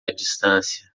distância